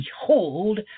behold